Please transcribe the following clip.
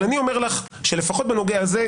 אבל אני אומר לך שלפחות בנוגע לזה,